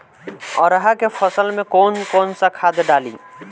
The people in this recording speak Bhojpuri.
अरहा के फसल में कौन कौनसा खाद डाली?